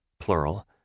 plural